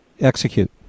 execute